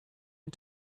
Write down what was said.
and